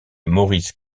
maurice